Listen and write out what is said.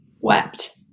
wept